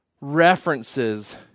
references